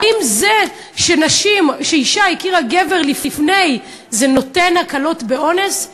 האם זה שאישה הכירה גבר לפני זה נותן הקלות באונס?